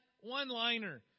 one-liner